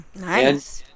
Nice